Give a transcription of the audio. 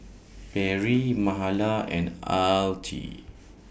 Perri Mahala and Altie